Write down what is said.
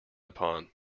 upon